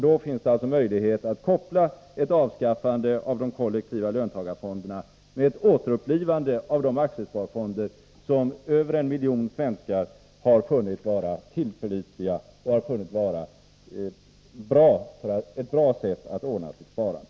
Då finns det möjlighet att koppla avskaffandet av de kollektiva löntagarfonderna med ett återupplivande av de skattesparfonder som över en miljon svenskar har funnit vara ett tillförlitligt och bra sätt att ordna sitt sparande på.